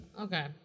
Okay